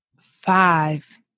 five